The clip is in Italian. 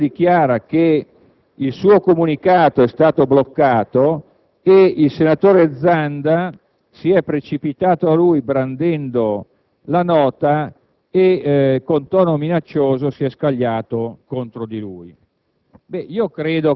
lui stesso dichiara che il suo comunicato è stato bloccato e che il senatore Zanda, brandendo la nota, con tono minaccioso, si è scagliato contro di lui.